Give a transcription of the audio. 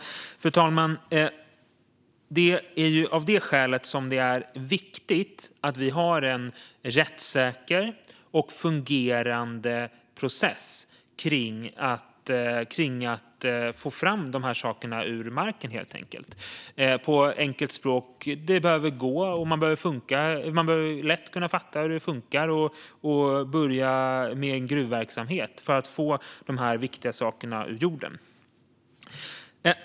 Fru talman! Av detta skäl är det viktigt att vi har en fungerande och rättssäker process för det här. På enkelt språk behöver man lätt kunna fatta hur det funkar att starta en gruvverksamhet för att få dessa viktiga saker ur jorden.